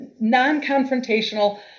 non-confrontational